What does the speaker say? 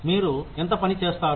మీరు ఎంత పని చేస్తారు